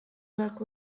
work